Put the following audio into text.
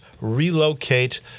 Relocate